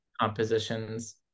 compositions